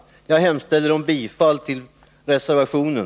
Herr talman! Jag hemställer om bifall till reservationen.